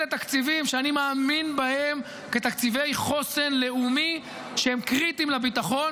אלה תקציבים שאני מאמין בהם כתקציבי חוסן לאומי שהם קריטיים לביטחון,